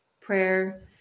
prayer